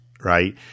Right